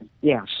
Yes